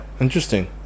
interesting